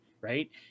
right